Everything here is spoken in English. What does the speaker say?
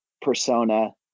persona